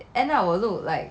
and you will look like